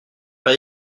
pas